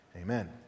Amen